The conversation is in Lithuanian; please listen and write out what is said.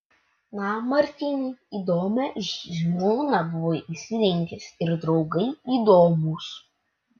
na martynai įdomią žmoną buvai išsirinkęs ir draugai įdomūs